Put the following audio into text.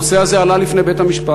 הנושא הזה עלה לפני בית-המשפט.